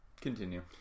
Continue